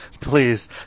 Please